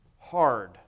hard